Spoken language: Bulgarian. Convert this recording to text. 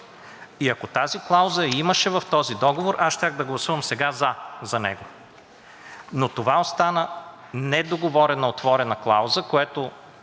И ако тази клауза я имаше в този договор, аз щях да гласувам сега „за“ за него. Но това остана недоговорена – отворена клауза, която